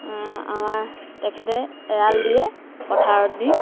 আমাৰ তেখেতে এৰাল দিয়ে পথাৰত নি